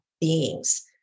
beings